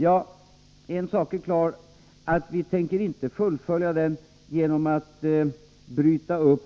Ja, en sak är klar, och det är att vi inte tänker fullfölja den genom att frångå